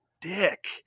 dick